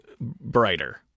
brighter